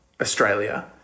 Australia